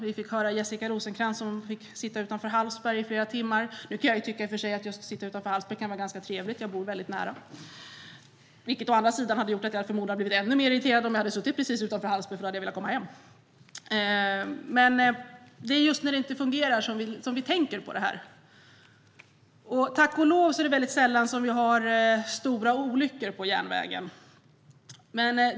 Vi fick höra hur Jessica Rosencrantz fick sitta utanför Hallsberg i flera timmar. Jag kan i och för sig tycka att det kan vara trevligt att sitta just utanför Hallsberg - jag bor väldigt nära. Men det hade å andra sidan kanske gjort att jag hade blivit ännu mer irriterad om jag hade suttit precis utanför Hallsberg, för då hade jag velat komma hem. Det är just när det inte fungerar som vi tänker på detta. Tack och lov är det väldigt sällan som vi har stora olyckor på järnvägen.